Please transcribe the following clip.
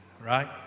right